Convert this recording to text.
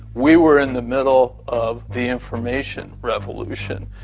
we were in the middle of the information revolution,